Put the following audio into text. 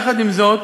עם זאת,